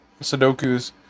sudokus